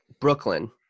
Brooklyn